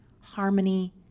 harmony